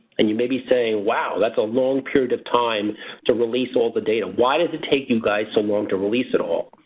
and you may be saying, wow, that's a long period of time to release all the data. why does it take you guys so long to release it all?